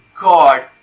God